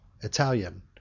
italian